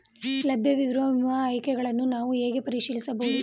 ಲಭ್ಯವಿರುವ ವಿಮಾ ಆಯ್ಕೆಗಳನ್ನು ನಾನು ಹೇಗೆ ಪರಿಶೀಲಿಸಬಹುದು?